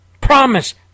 Promise